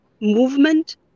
movement